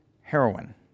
heroin